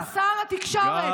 אתה שר התקשורת.